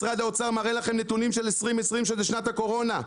משרד האוצר מראה לכם נתונים של 2020 שזה שנת הקורונה,